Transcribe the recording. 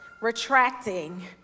retracting